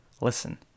listen